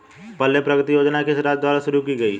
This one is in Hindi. पल्ले प्रगति योजना किस राज्य द्वारा शुरू की गई है?